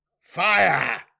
Fire